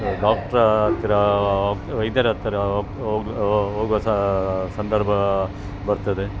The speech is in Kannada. ಡಾಕ್ಟರ ಹತ್ತಿರ ವೈದ್ಯರ ಹತ್ತಿರ ಹೋಗು ಹೋಗುವ ಸಂದರ್ಭ ಬರ್ತದೆ